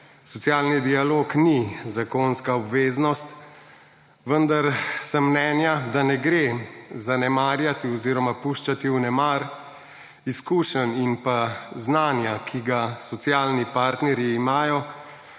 socialni dialog ni zakonska obveznost, vendar sem mnenja, da ne gre zanemarjati oziroma puščati v nemar izkušenj in pa znanja, ki ga socialni parterji imajo